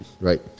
right